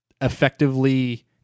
effectively